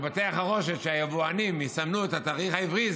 ושבתי החרושת והיבואנים יסמנו את התאריך העברי,